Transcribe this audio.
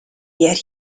yet